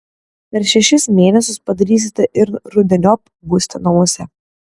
per šešis mėnesius padarysite ir rudeniop būsite namuose